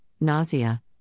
nausea